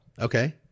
Okay